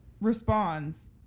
responds